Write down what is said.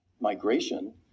migration